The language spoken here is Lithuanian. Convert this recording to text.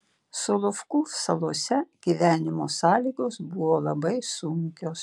solovkų salose gyvenimo sąlygos buvo labai sunkios